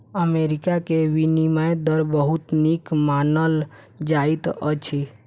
America के विनिमय दर बहुत नीक मानल जाइत अछि